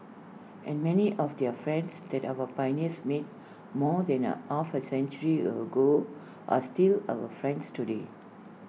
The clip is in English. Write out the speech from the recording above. and many of their friends that our pioneers made more than are half A century ago are still our friends today